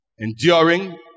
enduring